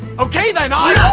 okay then i